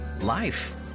Life